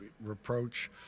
reproach